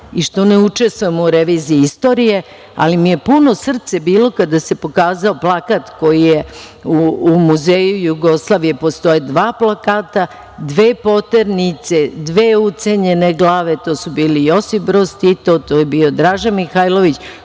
i što ne učestvujemo u reviziji istorije, ali mi je puno srce bilo kada se pokazao plakat koji je u Muzeju Jugoslavije, postoje dva plakata, dve poternice, dve ucenjene glave, to su bili Josip Broz Tito, to je bio Draža Mihajlović,